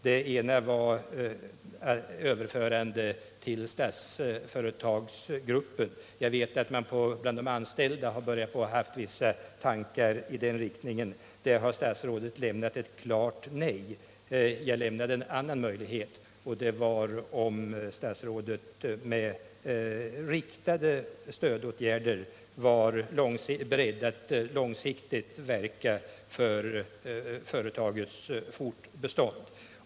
Den ena var överförande till Statsföretagsgruppen. Jag vet att man bland de anställda har börjat hysa vissa tankar i den riktningen. Där har statsrådet svarat klart nej. Den andra möjligheten var om statsrådet med riktade stödåtgärder var beredd att långsiktigt verka för företagets fortbestånd.